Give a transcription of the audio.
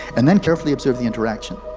and then carefully observe the interaction.